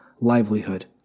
livelihood